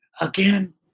Again